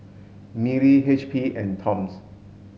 Mili H P and Toms